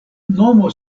nomo